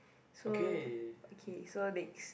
so okay so next